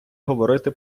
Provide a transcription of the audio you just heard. говорити